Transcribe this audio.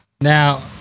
Now